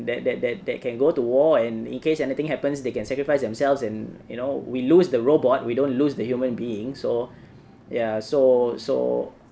that that that that can go to war and in case anything happens they can sacrifice themselves and you know we lose the robot we don't lose the human beings so ya so so